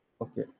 Okay